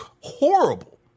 horrible